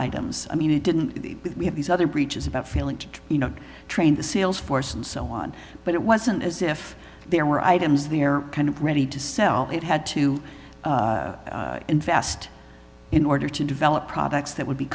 items i mean it didn't have these other breeches about feeling you know trained the sales force and so on but it wasn't as if there were items the air kind of ready to sell it had to invest in order to develop products that would be